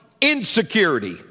insecurity